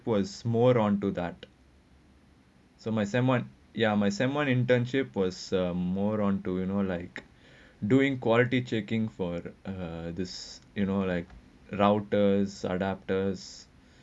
was more onto that so my semester one ya my semester one internship was more onto you know like doing quality checking forever this you know like routers adapters